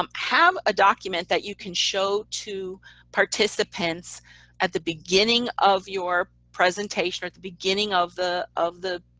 um have a document that you can show to participants at the beginning of your presentation at the beginning of the of the